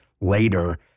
later